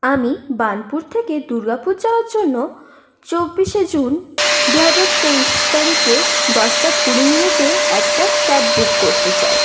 আমি বার্ণপুর থেকে দুর্গাপুর যাওয়ার জন্য চব্বিশে জুন দুহাজার তেইশ তারিখে দশটা কুড়ি মিনিটে একটা ক্যাব বুক করতে চাই